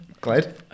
Glad